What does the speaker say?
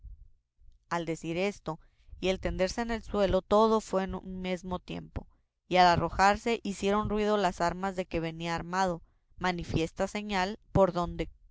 el decir esto y el tenderse en el suelo todo fue a un mesmo tiempo y al arrojarse hicieron ruido las armas de que venía armado manifiesta señal por donde